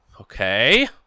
Okay